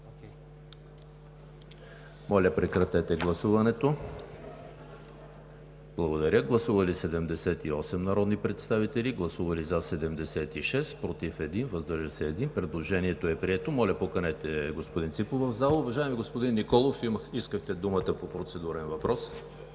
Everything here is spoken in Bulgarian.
предложение за допуск в залата. Гласували 78 народни представители: за 76, против 1, въздържал се 1. Предложението е прието. Моля, поканете господин Ципов в залата. Уважаеми господин Николов, искахте думата по процедурен въпрос.